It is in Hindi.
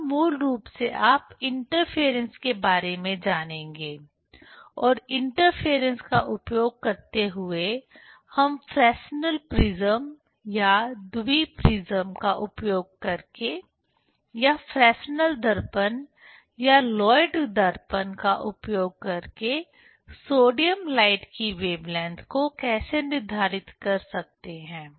यहां मूल रूप से आप इंटरफेरेंस के बारे में जानेंगे और इंटरफेरेंस का उपयोग करते हुए हम फ्रेस्नेल प्रिज्म या द्वि प्रिज्म का उपयोग करके या फ्रेस्नेल दर्पण या लॉयड के दर्पण का उपयोग करके सोडियम लाइट की वेवलेंथ को कैसे निर्धारित कर सकते हैं